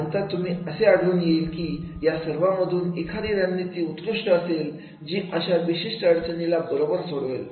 नंतर तुम्हाला असे आढळून येईल की या सर्वांमधून एखादी रणनीती उत्कृष्ट असेल जी अशा विशिष्ट अडचणीला बरोबर सोडवेल